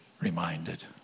reminded